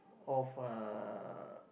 of uh